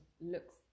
looks